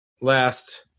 last